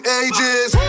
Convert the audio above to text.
ages